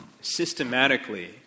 systematically